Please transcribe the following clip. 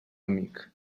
amic